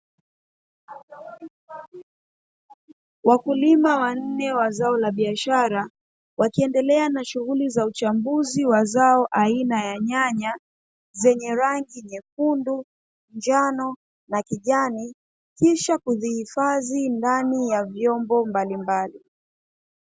Wakulima wa wanne wa zao la biashara, wakiendelea na shughuli za uchambuzi wa zao aina ya nyanya zenye rangi nyekundu, njano na kijani, kisha kuzihifadhi ndani ya vyombo mbalimbali.